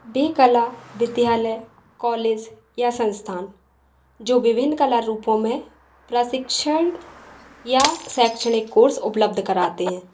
वह कला विद्यालय कॉलेज या संस्थान जो विभिन्न कला रूपों में प्रशिक्षण या शैक्षणिक कोर्स उपलब्ध कराते हैं